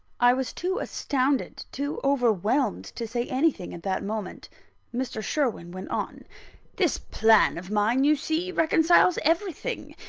i was too astounded, too overwhelmed, to say anything at that moment mr. sherwin went on this plan of mine, you see, reconciles everything.